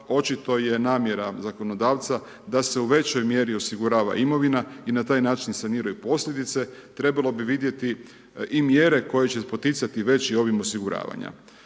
očito je namjera zakonodavca da se u većoj mjeri osigurava imovina i na taj način saniraju posljedice, trebalo bi vidjeti i mjere koje će poticati veći ovim, osiguravanja.